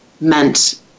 meant –